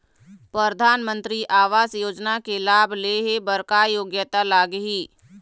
परधानमंतरी आवास योजना के लाभ ले हे बर का योग्यता लाग ही?